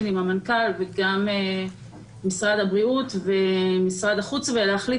עם המנכ"ל וגם משרד הבריאות ומשרד החוץ ולהחליט